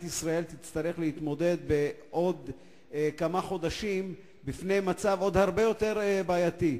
ישראל תצטרך להתמודד בעוד כמה חודשים עם מצב בעייתי יותר.